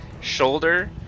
shoulder